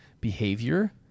behavior